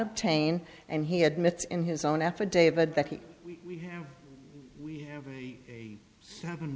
obtain and he admits in his own affidavit that we have we have